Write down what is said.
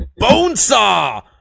Bonesaw